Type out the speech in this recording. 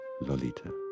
Lolita